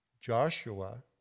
Joshua